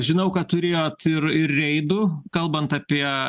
žinau kad turėjote ir reidų kalbant apie